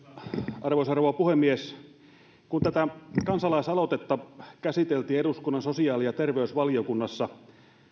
arvoisa rouva puhemies kun tätä kansalaisaloitetta käsiteltiin eduskunnan sosiaali ja terveysvaliokunnassa